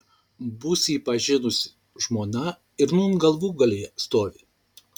bus jį pažinus žmona ir nūn galvūgalyje stovi